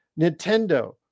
Nintendo